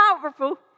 powerful